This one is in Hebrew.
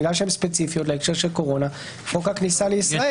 בגלל שהן ספציפיות להקשר של קורונה חוק הכניסה לישראל.